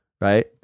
Right